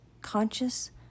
conscious